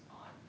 on